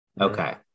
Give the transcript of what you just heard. Okay